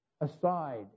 aside